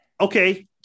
okay